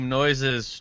noises